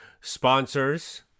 sponsors